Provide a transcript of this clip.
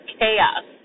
chaos